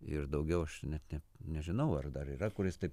ir daugiau aš net ne nežinau ar dar yra kuris taip